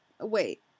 Wait